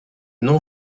nom